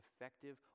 effective